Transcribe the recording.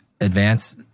advance